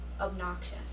obnoxious